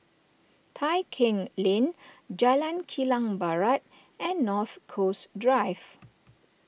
Tai Keng Lane Jalan Kilang Barat and North Coast Drive